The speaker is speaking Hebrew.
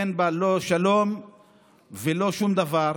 אין בה לא שלום ולא שום דבר,